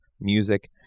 music